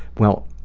well,